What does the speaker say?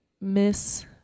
miss